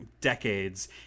decades